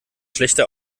schlechte